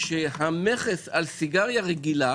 שהמכס על סיגריה רגילה